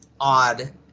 odd